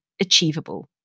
achievable